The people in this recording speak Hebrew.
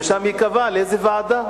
ושם ייקבע לאיזה ועדה.